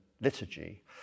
liturgy